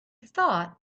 thought